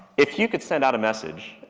if you could send out a message,